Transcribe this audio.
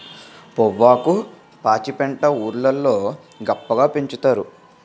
పొవ్వాకు పాచిపెంట ఊరోళ్లు గొప్పగా పండిచ్చుతారు